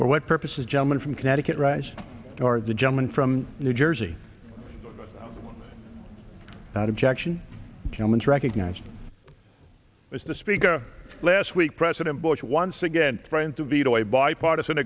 for what purposes gentleman from connecticut writes for the gentleman from new jersey not objection tillman's recognized as the speaker last week president bush once again threatened to veto a bipartisan